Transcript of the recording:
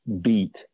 beat